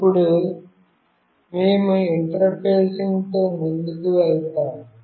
ఇప్పుడు మేము ఇంటర్ఫేసింగ్తో ముందుకు వెళ్తాము